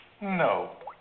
no